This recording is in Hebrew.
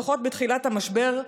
לפחות בתחילת המשבר,